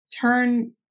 turn